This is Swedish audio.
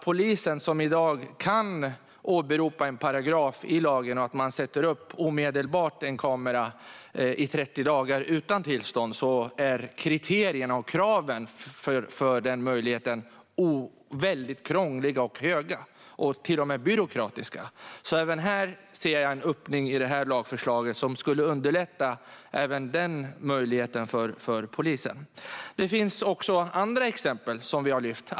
Polisen kan i dag åberopa en paragraf i lagen om att man omedelbart kan sätta upp en kamera utan tillstånd i 30 dagar. Kriterierna och kraven för den möjligheten är väldigt krångliga, höga och till och med byråkratiska. Med det här lagförslaget ser jag en öppning som skulle underlätta denna möjlighet för polisen. Det finns också andra exempel som vi har lyft fram.